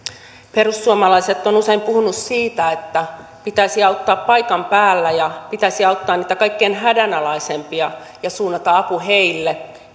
perussuomalaiset ovat usein puhuneet siitä että pitäisi auttaa paikan päällä ja pitäisi auttaa niitä kaikkein hädänalaisimpia ja suunnata apu heille